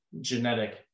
genetic